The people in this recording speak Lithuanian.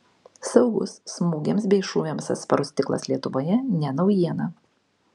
saugus smūgiams bei šūviams atsparus stiklas lietuvoje ne naujiena